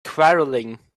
quarrelling